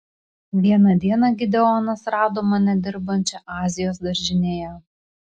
vieną dieną gideonas rado mane dirbančią azijos daržinėje